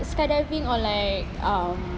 skydiving or like ah